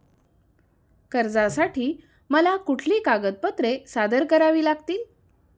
कर्जासाठी मला कुठली कागदपत्रे सादर करावी लागतील?